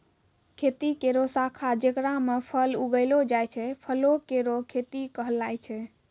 खेती केरो शाखा जेकरा म फल उगैलो जाय छै, फलो केरो खेती कहलाय छै